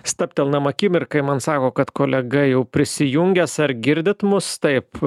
stabtelnam akimirkai man sako kad kolega jau prisijungęs ar girdit mus taip